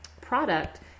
product